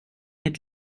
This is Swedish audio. mitt